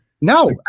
No